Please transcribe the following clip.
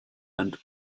and